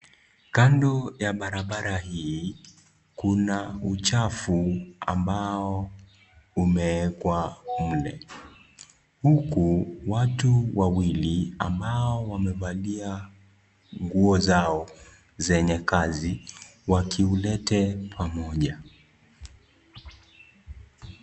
Kando ya barabara hii kuna uchafu ambao umeekwa mle huku watu wawili ambao wamevalia nguo zao zenye kazi wakiulete pamoja.